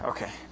Okay